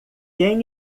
quem